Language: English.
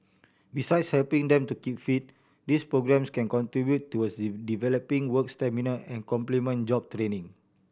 besides helping them to keep fit these programmes can contribute towards developing work stamina and complement job training